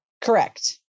Correct